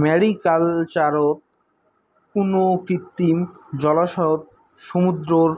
ম্যারিকালচারত কুনো কৃত্রিম জলাশয়ত সমুদ্রর